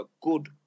good